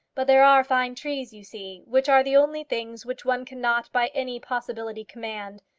but there are fine trees, you see, which are the only things which one cannot by any possibility command.